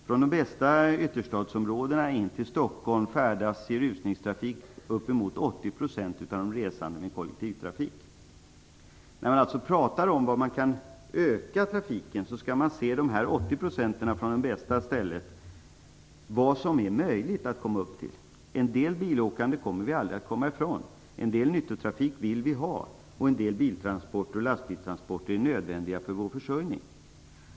Från de ytterstadsområden som ligger bäst till färdas i rusningstrafik in till Stockholm uppemot 80 % av de resande med kollektivtrafik. När man talar om att trafiken kommer att öka skall dessa 80 % resande ses som något som det är möjligt att uppnå. En del bilåkande kommer vi aldrig att komma ifrån, en del nyttotrafik vill vi ha och en del bil och lastbilstransporter är nödvändiga för vår försörjning.